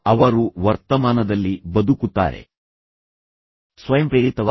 ಅವರು ವರ್ತಮಾನದಲ್ಲಿ ಬದುಕುತ್ತಾರೆ ಅವರು ಪ್ರತಿ ಕ್ಷಣದಲ್ಲೂ ಬದುಕುತ್ತಾರೆ